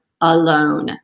alone